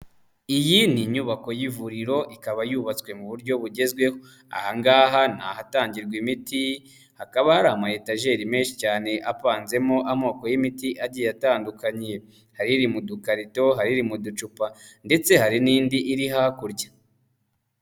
Iyi ni inyubako y'ivuriro ikaba yubatswe mu buryo bugezweho, aha ngaha ni ahatangirwa imiti, hakaba hari amayetajeri menshi cyane apanzemo amoko y'imiti agiye atandukanye, hari iri mu dukarito, hari iri mu ducupa ndetse hari n'indi iri hakurya.